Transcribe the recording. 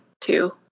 two